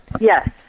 Yes